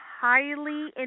highly